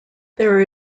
there